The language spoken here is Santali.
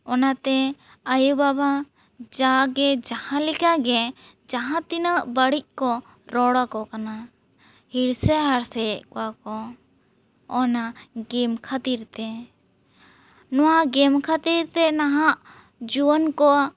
ᱚᱱᱟ ᱛᱮ ᱟᱭᱳ ᱵᱟᱵᱟ ᱡᱟᱣ ᱜᱮ ᱡᱟᱦᱟᱸ ᱞᱮᱠᱟ ᱜᱮ ᱡᱟᱦᱟᱸ ᱛᱤᱱᱟᱹᱜ ᱵᱟᱹᱲᱤᱡ ᱠᱚ ᱨᱚᱲ ᱟᱠᱚ ᱠᱟᱱᱟ ᱦᱤᱲᱥᱟᱹ ᱦᱟᱲᱥᱮ ᱮᱫ ᱠᱚᱣᱟ ᱠᱚ ᱚᱱᱟ ᱜᱮᱢ ᱠᱷᱟᱹᱛᱤᱨ ᱛᱮ ᱱᱚᱣᱟ ᱜᱮᱢ ᱠᱷᱟᱹᱛᱤᱨ ᱛᱮ ᱱᱟᱦᱟᱜ ᱡᱩᱣᱟᱹᱱ ᱠᱚᱣᱟᱜ